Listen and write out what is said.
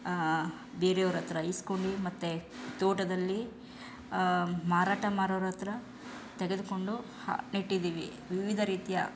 ಬೇರೆಯವ್ರ ಹತ್ರ ಈಸ್ಕೊಂಡ್ವಿ ಮತ್ತೆ ತೋಟದಲ್ಲಿ ಮಾರಾಟ ಮಾರೋರ ಹತ್ರ ತೆಗೆದುಕೊಂಡು ನೆಟ್ಟಿದ್ದೀವಿ ವಿವಿಧ ರೀತಿಯ